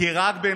בין